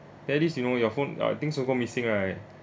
ya at least you know your phone ah I think so go missing right